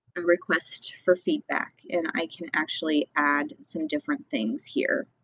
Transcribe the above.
a request for feedback and i can actually add some different things here.